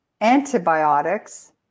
antibiotics